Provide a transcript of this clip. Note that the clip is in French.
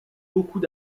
beaucoup